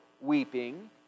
weeping